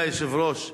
אדוני היושב-ראש,